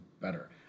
better